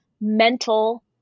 mental